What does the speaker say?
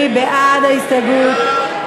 מי בעד ההסתייגות?